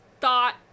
thought